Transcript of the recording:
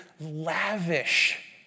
lavish